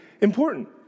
important